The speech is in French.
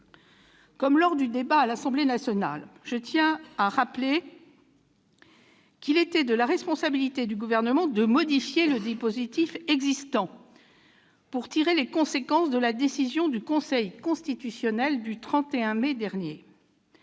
lors des discussions à l'Assemblée nationale : il était de la responsabilité du Gouvernement de modifier le dispositif existant pour tirer les conséquences de la décision du Conseil constitutionnel du 31 mai dernier.